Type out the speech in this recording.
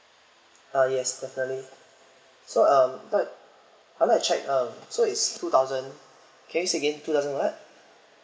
uh yes definitely so uh but I'd like check uh so it's two thousand okay say again two thousand what